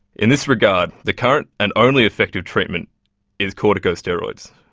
in this regard the current and only effective treatment is corticosteroids,